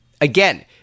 Again